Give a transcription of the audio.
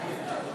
אחד.